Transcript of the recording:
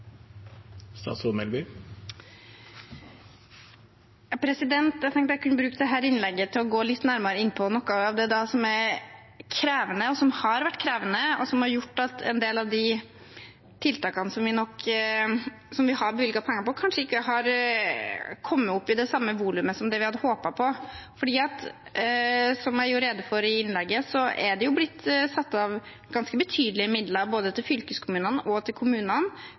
krevende, og som har vært krevende, og som har gjort at en del av de tiltakene vi har bevilget penger til, kanskje ikke har kommet opp i det volumet som det vi hadde håpet på. For det er jo, som jeg gjorde rede for i innlegget, blitt satt av ganske betydelige midler både til fylkeskommunene og til kommunene